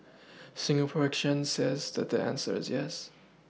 Singapore exchange says that the answer is yes